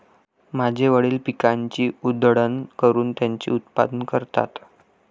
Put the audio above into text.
माझे वडील पिकाची उधळण करून त्याचे उत्पादन करतात